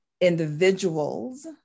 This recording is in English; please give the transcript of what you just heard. individuals